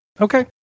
Okay